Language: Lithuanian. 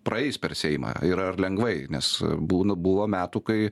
praeis per seimą ir ar lengvai nes būna buvo metų kai